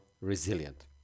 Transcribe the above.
resilient